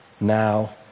now